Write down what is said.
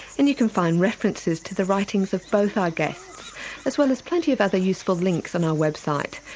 and you can find references to the writings of both our guests as well as plenty of other useful links on our website.